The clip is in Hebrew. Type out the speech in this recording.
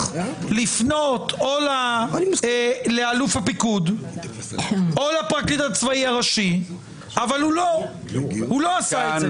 לפנות לאלוף הפיקוד או לפרקליט הצבאי הראשי אבל הוא לא עשה את זה.